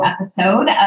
episode